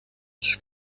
sus